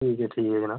ठीक ऐ ठीक ऐ जनाब